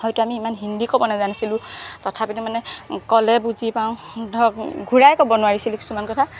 হয়তো আমি ইমান হিন্দী ক'ব নাজানিছিলো তথাপিতো মানে ক'লে বুজি পাওঁ ধৰক ঘূৰাই ক'ব নোৱাৰিছিলো কিছুমান কথা